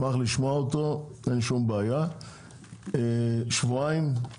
מייצגים גם קמעונאי מזון